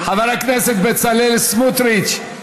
חבר הכנסת בצלאל סמוטריץ,